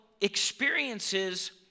experiences